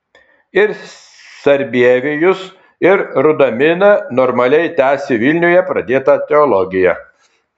ir sarbievijus ir rudamina normaliai tęsė vilniuje pradėtą teologiją